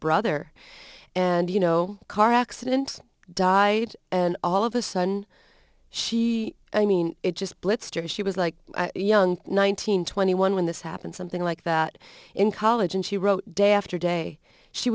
brother and you know car accident died and all of a sudden she i mean it just blitzed her she was like young nineteen twenty one when this happened something like that in college and she wrote day after day she